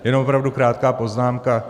Jen opravdu krátká poznámka.